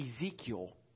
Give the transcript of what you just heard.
Ezekiel